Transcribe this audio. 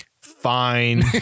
Fine